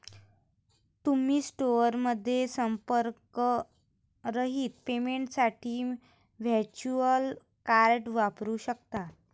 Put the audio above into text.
तुम्ही स्टोअरमध्ये संपर्करहित पेमेंटसाठी व्हर्च्युअल कार्ड वापरू शकता